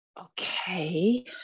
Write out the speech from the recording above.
Okay